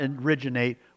originate